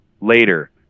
Later